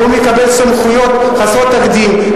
הוא מקבל סמכויות חסרות תקדים.